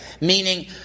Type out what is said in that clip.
Meaning